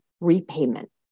repayment